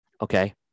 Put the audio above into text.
Okay